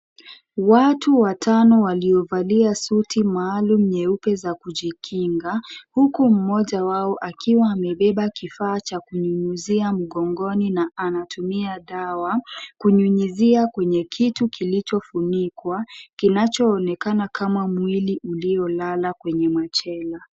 Watu watano waliovalia suti maalum nyeupe za kujikinga , huku mmoja wao akiwa amebeba kifaa cha kunyunyuzia mgongoni na anatumia dawa, kunyunyuzia kwenye kitu kilichofunikwa, kinachoonekana kama mwili uliolala kwenye machela.